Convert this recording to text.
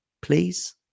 please